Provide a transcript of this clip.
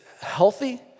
healthy